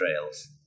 trails